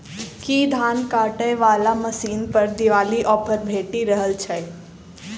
की धान काटय वला मशीन पर दिवाली ऑफर भेटि रहल छै?